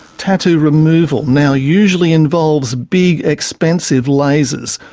tattoo removal now usually involves big, expensive lasers,